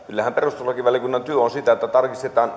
kyllähän perustuslakivaliokunnan työ on sitä että tarkistetaan